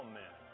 men